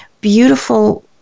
beautiful